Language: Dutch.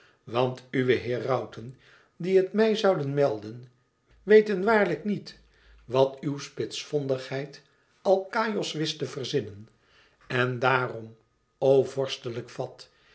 want uwe herauten die het mij zouden melden weten waarlijk niet wat uw spitsvondigheid alkaïos wist te verzinnen en daarom o vorstelijk vat